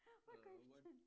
what question